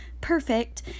perfect